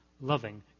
loving